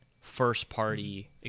first-party